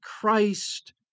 Christ